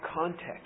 context